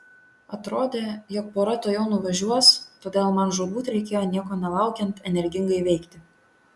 atrodė jog pora tuojau nuvažiuos todėl man žūtbūt reikėjo nieko nelaukiant energingai veikti